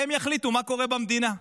והם יחליטו מה קורה במדינה.